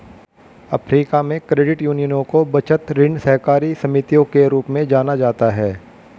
Africa में, credit यूनियनों को बचत, ऋण सहकारी समितियों के रूप में जाना जाता है